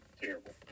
terrible